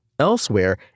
Elsewhere